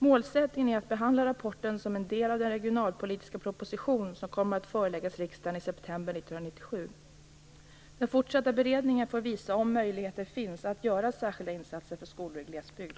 Målsättningen är att behandla rapporten som en del av den regionalpolitiska proposition som kommer att föreläggas riksdagen i september 1997. Den fortsatta beredningen får visa om möjligheter finns att göra särskilda insatser för skolor i glesbygd.